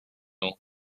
lights